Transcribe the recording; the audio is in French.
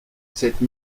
cette